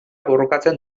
borrokatzen